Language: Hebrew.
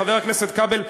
חבר הכנסת כבל,